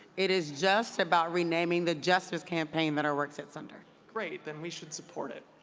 it is just about renaming the justice campaign that our work sets under. great. then we should support it.